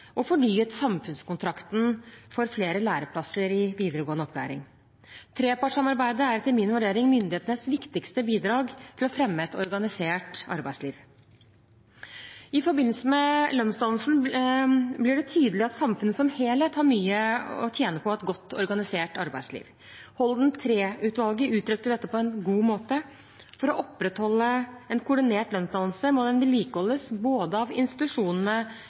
og fornyet samfunnskontrakten for flere læreplasser i videregående opplæring. Trepartssamarbeidet er etter min vurdering myndighetenes viktigste bidrag til å fremme et organisert arbeidsliv. I forbindelse med lønnsdannelsen blir det tydelig at samfunnet som helhet har mye å tjene på å ha et godt organisert arbeidsliv. Holden III-utvalget uttrykte dette på en god måte: «For å opprettholde en koordinert lønnsdannelse må den vedlikeholdes både av institusjonene